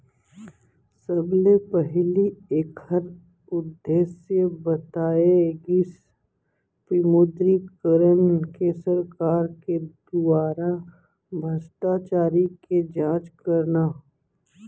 सबले पहिली ऐखर उद्देश्य बताए गिस विमुद्रीकरन के सरकार के दुवारा भस्टाचारी के जाँच करना